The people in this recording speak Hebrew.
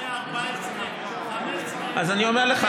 וזה היה 14 15. אז אני אומר לך,